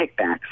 kickbacks